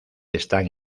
están